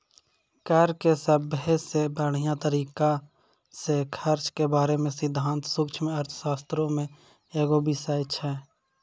कर के सभ्भे से बढ़िया तरिका से खर्च के बारे मे सिद्धांत सूक्ष्म अर्थशास्त्रो मे एगो बिषय छै